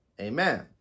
Amen